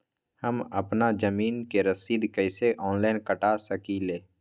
हम अपना जमीन के रसीद कईसे ऑनलाइन कटा सकिले?